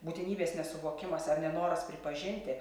būtinybės nesuvokimas ar nenoras pripažinti